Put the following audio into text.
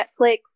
Netflix